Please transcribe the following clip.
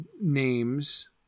names